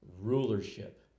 rulership